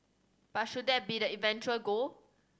but should that be the eventual goal